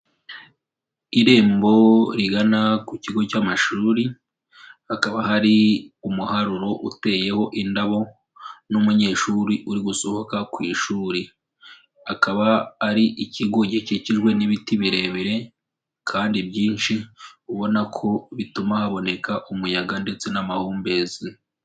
Irembo rigana ku kigo cy'amashuri, hakaba hari umuharuro uteyeho indabo n'umunyeshuri uri gusohoka ku ishuri. Akaba ari ikigo gikikijwe n'ibiti birebire kandi byinshi, ubona ko bituma haboneka umuyaga ndetse n'amahumbezi.